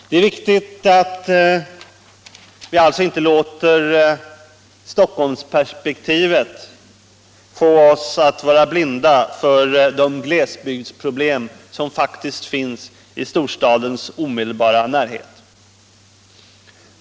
Det är alltså viktigt att vi inte låter Stockholmsperspektivet få oss att vara blinda för de glesbygdsproblem som faktiskt finns i storstadens omedelbara närhet.